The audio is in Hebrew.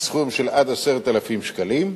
סכום של עד 10,000 שקלים,